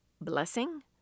blessing